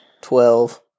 Twelve